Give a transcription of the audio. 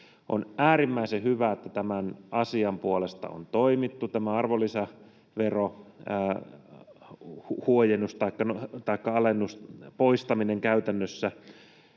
On äärimmäisen hyvä, että tämän asian puolesta on toimittu. Tämä arvonlisäverohuojennus taikka ‑alennus, poistaminen käytännössä,